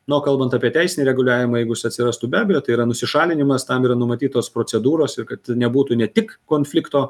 na o kalbant apie teisinį reguliavimą jeigu jis atsirastų be abejo tai yra nusišalinimas tam yra numatytos procedūros ir kad nebūtų ne tik konflikto